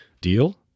deal